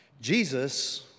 Jesus